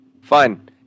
Fine